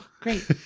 great